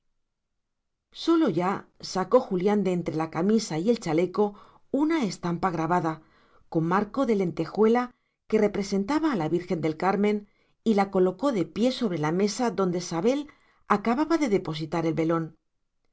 solo ya sacó julián de entre la camisa y el chaleco una estampa grabada con marco de lentejuela que representaba a la virgen del carmen y la colocó de pie sobre la mesa donde sabel acababa de depositar el velón